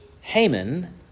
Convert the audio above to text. Haman